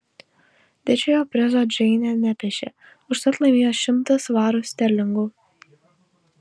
didžiojo prizo džeinė nepešė užtat laimėjo šimtą svarų sterlingų